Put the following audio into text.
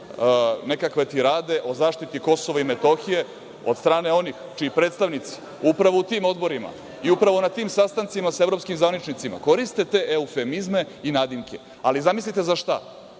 nekakve tirade o zaštiti Kosova i Metohije od strane onih čiji predstavnici upravo u tim odborima, i upravo na tim sastancima sa evropskim zvaničnicima, koriste te eufemizme i nadimke, ali zamislite za šta,